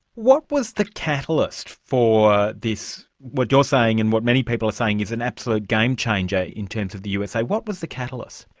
what was the catalyst for this, what you're saying and what many people are saying is an absolute game changer in terms of the usa, what was the catalyst?